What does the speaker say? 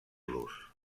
los